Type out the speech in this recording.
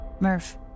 Murph